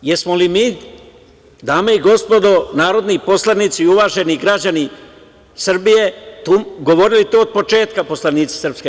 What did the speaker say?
Da li smo mi, dame i gospodo narodni poslanici i uvaženi građani Srbije govorili to od početka poslanici SNS?